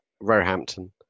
Roehampton